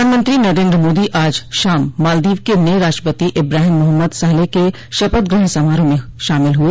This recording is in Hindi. प्रधानमंत्री नरेन्द्र मोदी आज शाम मालदीव के नए राष्ट्रपति इब्राहिम मोहम्मद सालेह के शपथ ग्रहण समारोह में शामिल हुए